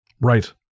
Right